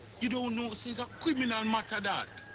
you don't know she's a criminai matter that?